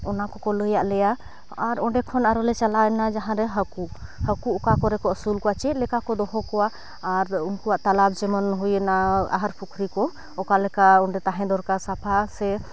ᱚᱱᱟ ᱠᱚᱠᱚ ᱞᱟᱹᱭᱟᱫ ᱞᱮᱭᱟ ᱟᱨ ᱚᱸᱰᱮ ᱠᱷᱚᱱ ᱟᱨᱦᱚᱸᱞᱮ ᱪᱟᱞᱟᱣᱮᱱᱟ ᱡᱟᱦᱟᱸᱨᱮ ᱦᱟᱹᱠᱩ ᱦᱟᱹᱠᱩ ᱚᱠᱟᱠᱚᱨᱮᱠᱚ ᱟᱹᱥᱩᱞ ᱠᱚᱣᱟ ᱪᱮᱫᱞᱮᱠᱟᱠᱚ ᱫᱚᱦᱚ ᱠᱚᱣᱟ ᱟᱨ ᱩᱱᱠᱚᱣᱟᱜ ᱛᱟᱞᱟᱵᱽ ᱡᱮᱢᱚᱱ ᱦᱩᱭᱮᱱᱟ ᱟᱦᱟᱨ ᱯᱩᱠᱷᱨᱤᱠᱚ ᱚᱠᱟᱞᱮᱠᱟ ᱚᱸᱰᱮ ᱛᱟᱦᱮᱸ ᱫᱚᱨᱠᱟᱨ ᱥᱟᱯᱷᱟ ᱥᱮ